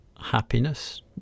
happiness